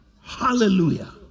Hallelujah